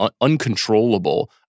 uncontrollable